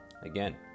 Again